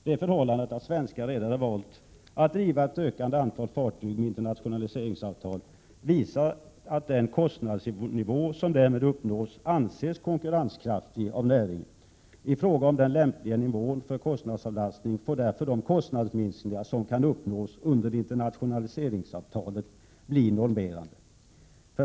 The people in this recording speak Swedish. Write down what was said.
Det förhållandet att svenska redare valt att driva ett ökande antal fartyg med internationaliseringsavtal visar att den kostnadsnivå som därmed uppnås anses konkurrenskraftig av näringen. I fråga om den lämpliga nivån för kostnadsavlastning får därför de kostnadsminskningar som kan uppnås under internationaliseringsavtalet bli normerande.